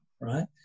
right